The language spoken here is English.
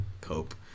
cope